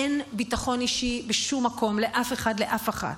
אין ביטחון אישי בשום מקום, לאף אחד, לאף אחת,